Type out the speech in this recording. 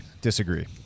disagree